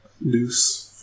loose